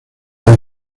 del